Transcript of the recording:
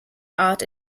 art